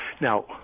Now